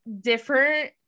different